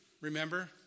Remember